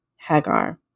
Hagar